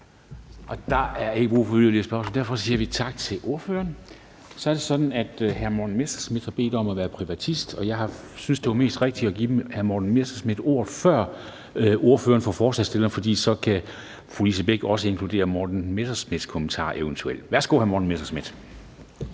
Der er ikke yderligere spørgsmål, og derfor siger vi tak til ordføreren. Så er det sådan, at hr. Morten Messerschmidt har bedt om at være privatist, og jeg har syntes, det var mest rigtigt at give hr. Morten Messerschmidt ordet før ordføreren for forslagsstillerne, for så kan fru Lise Bech eventuelt også inkludere hr. Morten Messerschmidts kommentarer. Værsgo, hr. Morten Messerschmidt.